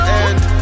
end